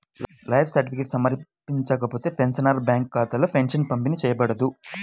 life certificate సమర్పించకపోతే, pensioner bank ఖాతాలో pension పంపిణీ చేయబడదు